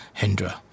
Hendra